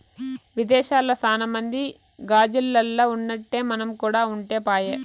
విదేశాల్ల సాన మంది గాజిల్లల్ల ఉన్నట్టే మనం కూడా ఉంటే పాయె